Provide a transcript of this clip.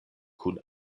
kun